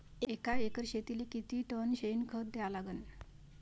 एका एकर शेतीले किती टन शेन खत द्या लागन?